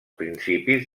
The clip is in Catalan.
principis